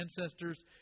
ancestors